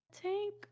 tank